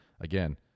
again